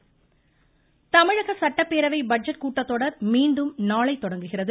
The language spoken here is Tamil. சட்டப்பேரவை தமிழக சட்டப்பேரவை பட்ஜெட் கூட்டத்தொடர் மீண்டும் நாளை தொடங்குகிறது